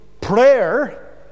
prayer